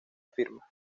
firma